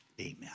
Amen